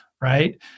right